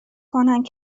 کنند